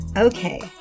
Okay